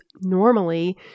normally